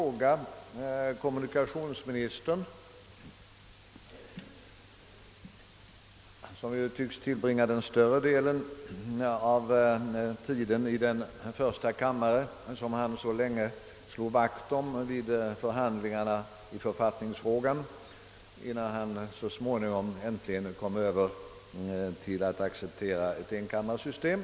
Kommunikationsministern tycks tillbringa den större delen av tiden i den första kammare som han så länge slog vakt om vid förhandlingarna i författningsfrågan innan han äntligen kom över till att acceptera ett enkammarsystem.